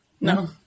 No